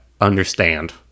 understand